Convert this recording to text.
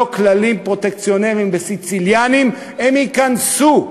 כללים פרוטקציונריים וסיציליאניים הם ייכנסו.